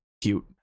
cute